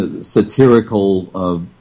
satirical